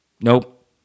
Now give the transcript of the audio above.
Nope